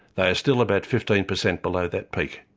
they are still about fifteen percent below that peak.